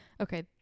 Okay